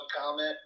comment